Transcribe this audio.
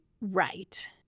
right